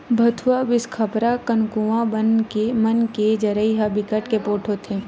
भथुवा, बिसखपरा, कनकुआ बन मन के जरई ह बिकट के पोठ होथे